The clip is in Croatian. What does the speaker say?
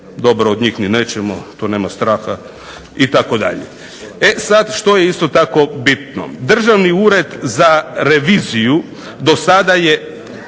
dobro od njih ni nećemo, tu nema straha, itd. E sad, što je isto tako bitno? Državni ured za reviziju dosada je